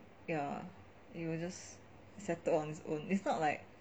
ya it will just settle on its own it's not like